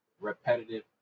repetitive